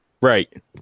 Right